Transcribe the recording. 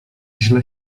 źle